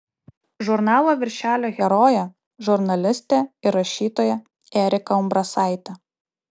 žurnalo viršelio herojė žurnalistė ir rašytoja erika umbrasaitė